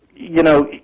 you know,